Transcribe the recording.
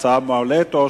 עברה בקריאה טרומית,